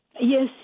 Yes